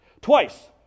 twice